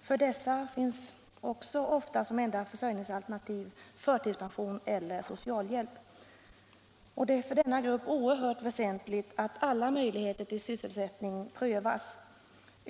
För dessa ungdomar finns ofta som enda försörjningsalternativ förtidspension eller socialhjälp. Det är för denna grupp oerhört väsentligt att alla möjligheter till sysselsättning prövas.